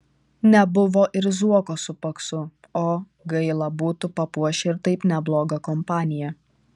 nebuvo ir zuoko su paksu o gaila būtų papuošę ir taip neblogą kompaniją